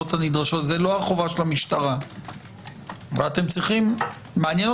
זה מוגדר כתשתית קריטית מבחינת אבטחת מידע?